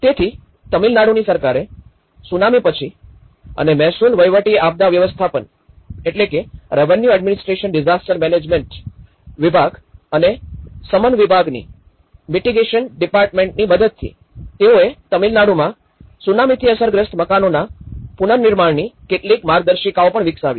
તેથી તામિલનાડુની સરકારે સુનામી પછી અને મહેસૂલ વહીવટ આપદા વ્યવસ્થાપન અને શમન વિભાગની મદદથી તેઓએ તમિળનાડુમાં સુનામીથી અસરગ્રસ્ત મકાનોના પુનર્નિર્માણની કેટલીક માર્ગદર્શિકા પણ વિકસાવી છે